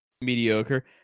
mediocre